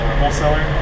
wholesaler